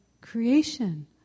creation